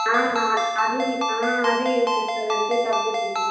అదే అదే యూస్ చేసారంటే తగ్గుతుంది